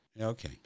Okay